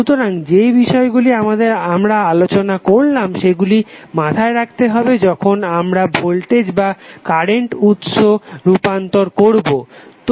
সুতরাং যে বিষয়গুলি আমরা আলোচনা করলাম সেগুলিকে মাথায় রাখতে হবে যখন আমরা ভোল্টেজ অথবা কারেন্ট উৎস রূপান্তর করবো